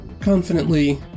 confidently